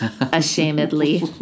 ashamedly